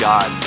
God